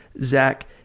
Zach